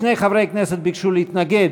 שני חברי כנסת ביקשו להתנגד.